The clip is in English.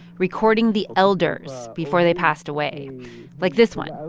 recording the elders before they passed away like this one,